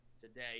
today